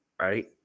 Right